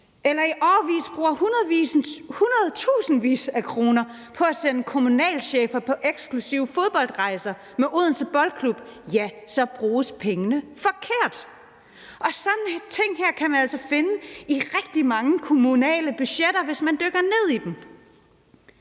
eller i årevis har brugt hundredtusindvis af kroner på at sende kommunalchefer på eksklusive fodboldrejser med Odense Boldklub, ja, så bruges pengene forkert. Sådan nogle ting her kan man altså finde i rigtig mange kommunale budgetter, hvis man dykker ned i dem.